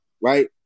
right